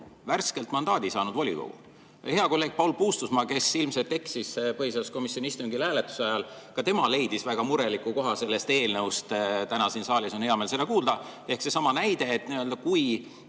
värskelt mandaadi saanud volikogu? Hea kolleeg Paul Puustusmaa, kes ilmselt eksis põhiseaduskomisjoni istungil hääletuse ajal, leidis ka väga muret tekitava koha sellest eelnõust. Täna siin saalis on hea meel seda kuulda. Ehk siis seesama näide, et kui